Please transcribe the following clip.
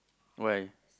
why